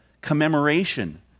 commemoration